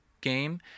game